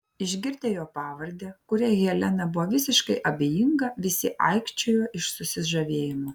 išgirdę jo pavardę kuriai helena buvo visiškai abejinga visi aikčiojo iš susižavėjimo